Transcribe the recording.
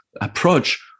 approach